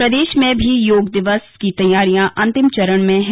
प्रदेश में भी योग दिवस की तैयारियां अंतिम चरण में है